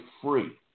free